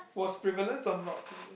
was frivolous or not frivolous